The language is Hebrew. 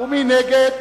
מי נגד?